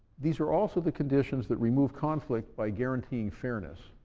these are also the conditions that remove conflict by guaranteeing fairness.